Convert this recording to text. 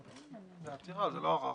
זו עתירה, זה לא ערר.